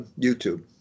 YouTube